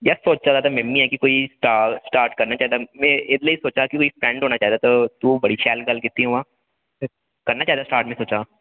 जार सोचा दा मिमी आं कोई स्टार्ट स्टार्ट करना चाहिदा बड़ी शैल गल्ल कीती उ'यां करना चाहिदा दा स्टार्ट में सोचां दा